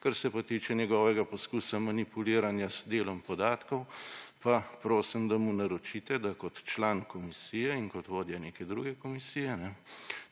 Kar se pa tiče njegovega poskusa manipuliranja z delom podatkov, pa prosim, da mu naročite, da kot član komisije in kot vodja neke druge komisije,